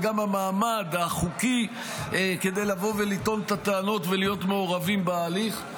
וגם המעמד החוקי כדי לבוא ולטעון את הטענות ולהיות מעורבים בהליך.